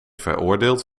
veroordeeld